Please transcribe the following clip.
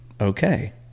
okay